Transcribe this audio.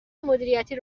مدیریتی